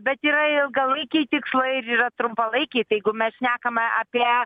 bet yra ilgalaikiai tikslai ir yra trumpalaikiai tai jeigu mes šnekame apie